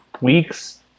Weeks